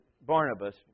Barnabas